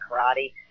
karate